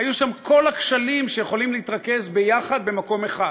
היו שם כל הכשלים שיכולים להתרכז ביחד במקום אחד: